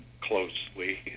closely